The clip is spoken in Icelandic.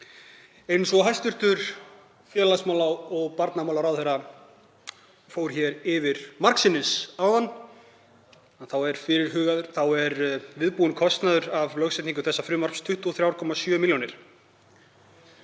Eins og hæstv. félags- og barnamálaráðherra fór yfir margsinnis áðan þá er viðbúinn kostnaður af lögfestingu þessa frumvarps 23,7 milljónir.